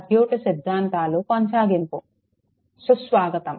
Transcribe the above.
సుస్వాగతం